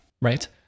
Right